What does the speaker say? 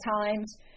times